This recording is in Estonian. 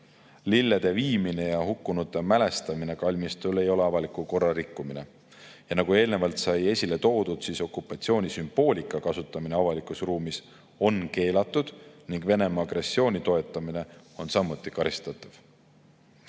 Lillede viimine kalmistule ja seal hukkunute mälestamine ei ole avaliku korra rikkumine. Nagu eelnevalt sai esile toodud, okupatsiooni sümboolika kasutamine avalikus ruumis on keelatud ning Venemaa agressiooni toetamine on samuti karistatav.